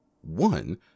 One